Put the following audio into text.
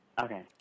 Okay